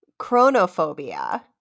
Chronophobia